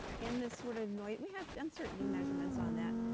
in this sort of noi we have uncertainty measurements on that,